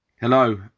Hello